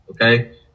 okay